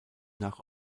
nach